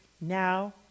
Now